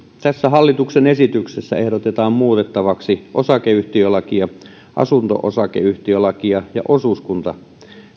tässä hallituksen esityksessä ehdotetaan muutettavaksi osakeyhtiölakia asunto osakeyhtiölakia ja osuuskuntalakia